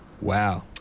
Wow